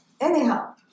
anyhow